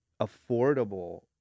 affordable